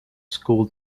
school